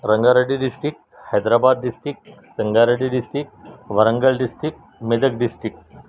Ranga Reddy district Hyderabad district Sanga Reddy district Warangal district Medak district